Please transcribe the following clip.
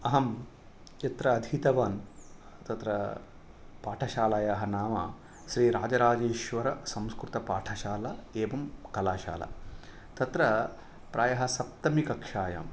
अहं यत्र अधीतवान् तत्र पाठशालायाः नाम श्रीराजराजेश्वरसंस्कृतपाठशाला एवं कलाशाला तत्र प्रायः सप्तमी कक्षायां